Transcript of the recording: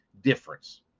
difference